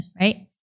right